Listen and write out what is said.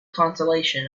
consolation